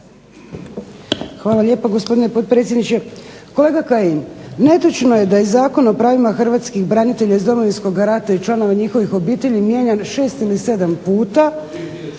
Hvala lijepo gospodine potpredsjedniče. Kolega Kajin, netočno je da je Zakon o hrvatskim branitelja iz Domovinskog rata i članova njihovih obitelji mijenjan 6 ili 7 puta,